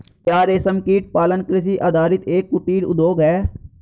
क्या रेशमकीट पालन कृषि आधारित एक कुटीर उद्योग है?